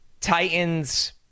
Titans